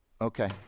Okay